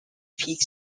peak